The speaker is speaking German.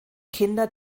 kinder